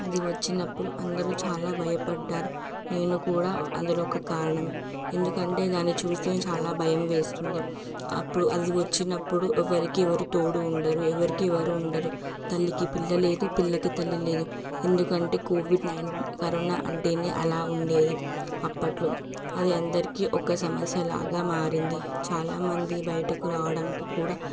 అది వచ్చినప్పుడు అందరూ చాలా భయపడ్డారు నేను కూడా అందులో ఒక కారణం ఎందుకంటే దాన్ని చూస్తేనే చాలా భయం వేస్తుంది అప్పుడు అది వచ్చినప్పుడు ఎవరికీ ఎవరు తోడు ఉండరు ఎవరికీ ఎవరు ఉండరు తల్లికి పిల్లలేదు పిల్లకి తల్లి లేదు ఎందుకంటే కోవిడ్ నైన్టీ కరోనా అంటేనే అలా ఉండేది అప్పట్లో అది అందరికీ ఒక సమస్య లాగా మారింది చాలామంది బయటకు రావడానికి కూడా